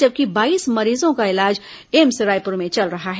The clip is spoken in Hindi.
जबकि बाईस मरीजों का इलाज एम्स रायपुर में चल रहा है